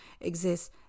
exists